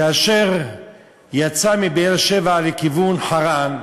כאשר יצא מבאר-שבע לכיוון חרן,